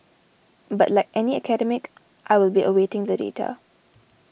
but like any academic I will be awaiting the data